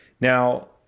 now